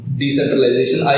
decentralization